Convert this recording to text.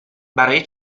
برای